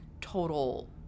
total